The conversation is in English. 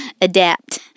adapt